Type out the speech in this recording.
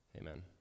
Amen